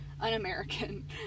un-American